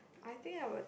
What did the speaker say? I think I would